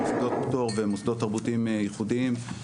מוסדות פטור ומוסדות תרבותיים ייחודיים,